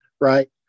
right